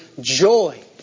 joy